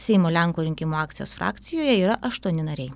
seimo lenkų rinkimų akcijos frakcijoje yra aštuoni nariai